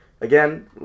Again